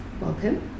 Welcome